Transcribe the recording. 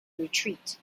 retreat